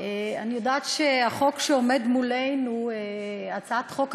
אני יודעת שהחוק שעומד מולנו, הצעת חוק הנכים,